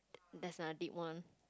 that's another deep one